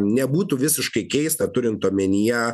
nebūtų visiškai keista turint omenyje